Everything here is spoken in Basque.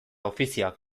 ofizioak